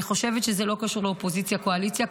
אני חושבת שזה לא קשור לאופוזיציה קואליציה,